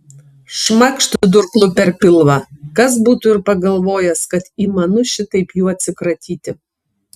šmakšt durklu per pilvą kas būtų ir pagalvojęs kad įmanu šitaip jų atsikratyti